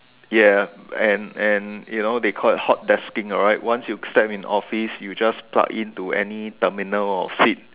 ya and and it they call it hot testing alright once you start in office you just plug into any terminal or fit